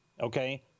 Okay